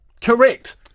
Correct